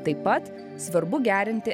taip pat svarbu gerinti